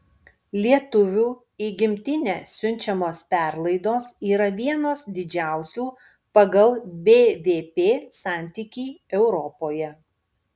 lietuvių į gimtinę siunčiamos perlaidos yra vienos didžiausių pagal bvp santykį europoje